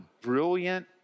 brilliant